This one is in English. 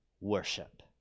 worship